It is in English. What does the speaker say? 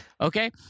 Okay